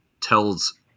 tells